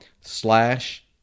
slash